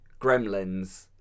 Gremlins